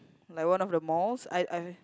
like one of the malls I I